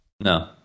No